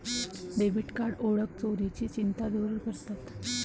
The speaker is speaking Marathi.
डेबिट कार्ड ओळख चोरीची चिंता दूर करतात